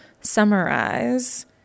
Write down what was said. summarize